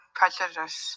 prejudice